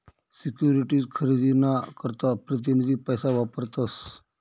securities खरेदी ना करता प्रतीनिधी पैसा वापरतस